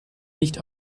nicht